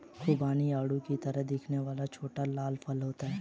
खुबानी आड़ू की तरह दिखने वाला छोटा लाल फल होता है